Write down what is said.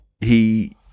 he-